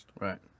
Right